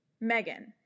Megan